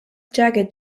jagged